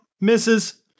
Misses